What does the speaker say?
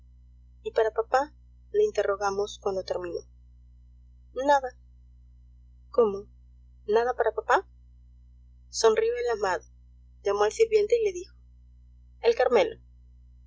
y para papá le interrogamos cuando terminó nada cómo nada para papá sonrió el amado llamó al sirviente y le dijo el carmelo